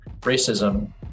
racism